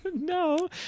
No